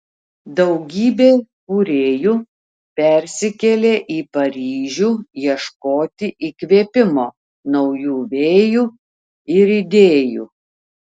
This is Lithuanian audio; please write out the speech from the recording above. daugybė kūrėjų persikėlė į paryžių ieškoti įkvėpimo naujų vėjų ir idėjų